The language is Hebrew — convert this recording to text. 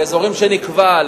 באזורים שנקבע,